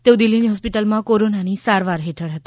તેઓ દિલ્લીની હોસ્પિટલમાં કોરોનાની સારવાર હેઠળ હતા